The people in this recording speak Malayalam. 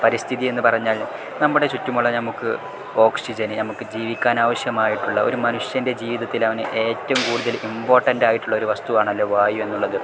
പരിസ്ഥിതി എന്നു പറഞ്ഞാൽ നമ്മുടെ ചുറ്റുമുള നമുക്ക് ഓക്സിജന് നമുക്ക് ജീവിക്കാനാവശ്യമായിട്ടുള്ള ഒരു മനുഷ്യൻ്റെ ജീവിതത്തിൽ അവന് ഏറ്റവും കൂടുതൽ ഇമ്പോർട്ടന്റായിട്ടുള്ള ഒരു വസ്തുവാണല്ലോ വായു എന്നുള്ളത്